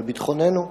בביטחוננו,